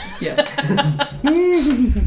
Yes